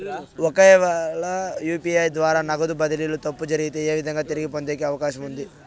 ఒకవేల యు.పి.ఐ ద్వారా నగదు బదిలీలో తప్పు జరిగితే, ఏ విధంగా తిరిగి పొందేకి అవకాశం ఉంది?